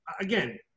again